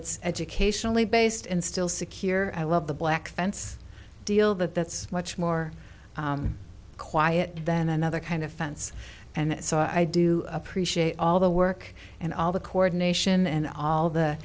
it's educationally based in still secure i love the black fence deal that that's much more quiet than another kind of fence and so i do appreciate all the work and all the coordination and all the